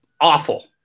awful